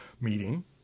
meeting